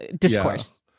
discourse